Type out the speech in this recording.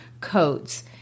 coats